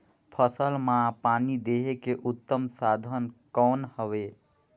फसल मां पानी देहे के उत्तम साधन कौन हवे?